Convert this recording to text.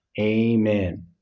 Amen